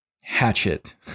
Hatchet